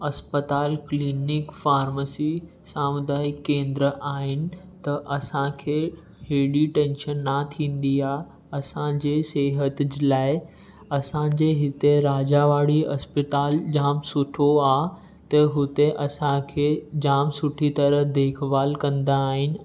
अस्पताल clinic pharmacy सामुदायिक केंद्र आहिनि त असांखे हेॾी टेंशन न थींदी आहे असांजे सिहत जे लाइ असांजे हिते राजावाड़ी अस्पताल जामु सुठो आहे त हुते असांखे जामु सुठी तरह देखभालु कंदा आहिनि